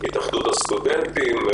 התאחדות הסטודנטים,